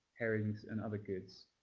herrings, and other goods.